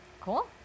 Cool